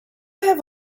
have